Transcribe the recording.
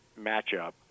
matchup